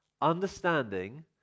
understanding